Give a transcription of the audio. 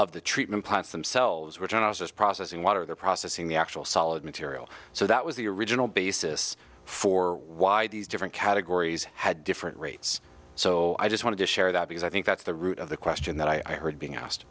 of the treatment plants themselves which i was just processing water they're processing the actual solid material so that was the original basis for why these different categories had different rates so i just wanted to share that because i think that's the root of the question that i heard being asked